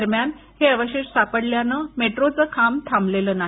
दरम्यान हे अवशेष सापडल्याने मेट्रोचं काम थांबलेलं नाही